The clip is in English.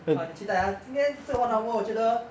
好你期待 ah 今天这 one hour 我觉得